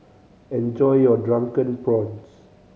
enjoy your Drunken Prawns